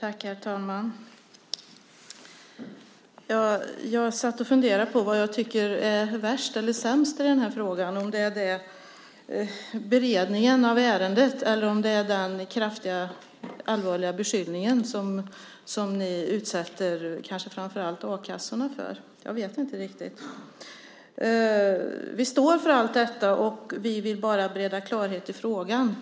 Herr talman! Jag funderade på vad jag tycker är värst eller sämst i den här frågan, om det är beredningen av ärendet eller om det är den allvarliga beskyllning som ni utsätter kanske framför allt a-kassorna för. Jag vet inte riktigt. Vi står för allt detta. Vi vill bara bereda klarhet i frågan.